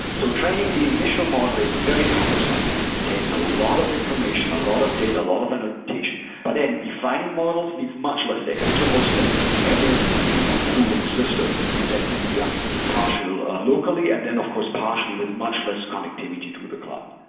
so training the initial model is very cumbersome. it takes a lot of information, a lot of data, a lot of annotation, but then refining models needs much less data, which of course then the ever improving system and that can be done partial locally and then of course partially with much less connectivity to the cloud.